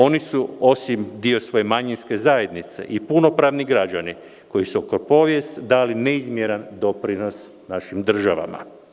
Oni su osim dio svoje manjinske zajednice i punopravni građani koji su oko povjest dali neizmjeran doprinos našim državama.